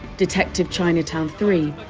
detective chinatown three,